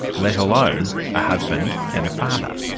let a alone a husband and father.